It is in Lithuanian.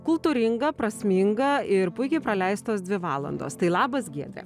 kultūringa prasminga ir puikiai praleistos dvi valandos tai labas giedre